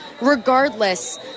regardless